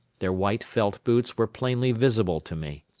their white felt boots were plainly visible to me.